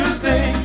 stay